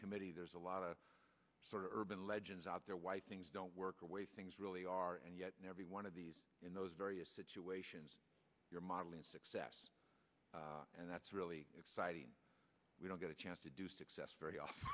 committee there's a lot of sort of urban legends out there why things don't work the way things really are and yet every one of these in those various situations you're modeling success and that's really exciting we don't get a chance to do success very often